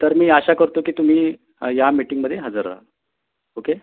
तर मी आशा करतो की तुम्ही या मिटींगमध्ये हजर रहा ओके